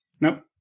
Nope